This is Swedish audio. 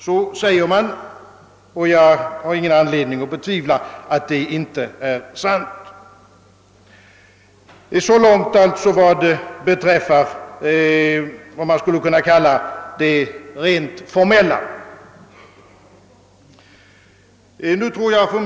Så har det sagts mig, och jag har ingen anledning att betvivla sanningshalten i det påståendet. Detta om det rent formella.